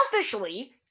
selfishly